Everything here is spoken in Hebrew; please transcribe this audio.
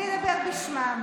אני אדבר בשמם,